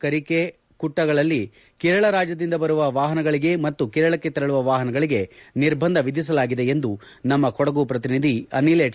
ಕರಿಕೆ ಹಾಗೂ ಕುಟ್ಟ ಗಳಲ್ಲಿ ಕೇರಳ ರಾಜ್ಯದಿಂದ ಬರುವ ವಾಹನಗಳಿಗೆ ಮತ್ತು ಕೇರಳಕ್ಕೆ ತೆರಳುವ ವಾಹನಗಳಿಗೆ ನಿರ್ಬಂಧ ವಿಧಿಸಲಾಗಿದೆ ಎಂದು ನಮ್ನ ಕೊಡಗು ಪ್ರತಿನಿಧಿ ಅನಿಲ್ ಎಚ್